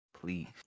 Please